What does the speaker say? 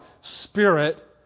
spirit